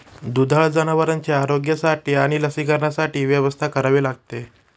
दुधाळ जनावरांच्या आरोग्यासाठी आणि लसीकरणासाठी व्यवस्था करावी लागते